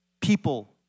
people